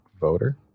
voter